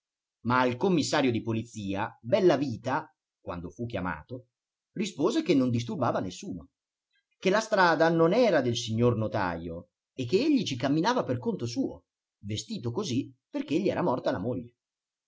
ma al commissario di polizia bellavita quando fu chiamato rispose che non disturbava nessuno che la strada non era del signor notajo e che egli ci camminava per conto suo vestito così perché gli era morta la moglie